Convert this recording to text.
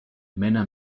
männer